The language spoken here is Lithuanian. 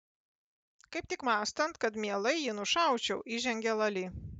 kaip tik mąstant kad mielai jį nušaučiau įžengė lali